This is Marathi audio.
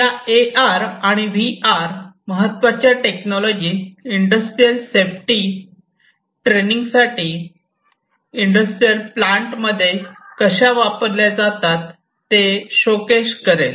या ए आर आणि व्ही आर महत्त्वाच्या टेक्नॉलॉजी इंडस्ट्रियल सेफ्टी ट्रेनिंग साठी इंडस्ट्रियल प्लांटमध्ये कशा वापरल्या जातात ते शोकेश करेल